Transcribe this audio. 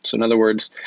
and other words,